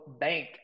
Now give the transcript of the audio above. Bank